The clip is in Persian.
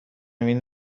این